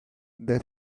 that